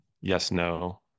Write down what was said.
yes/no